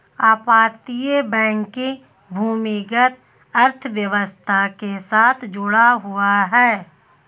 अपतटीय बैंकिंग भूमिगत अर्थव्यवस्था के साथ जुड़ा हुआ है